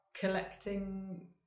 collecting